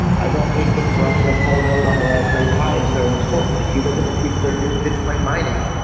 i don't think it running a full node on a raspberry pi is very important. if you look at the people that are doing bitcoin mining,